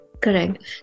Correct